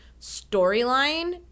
storyline